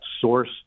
source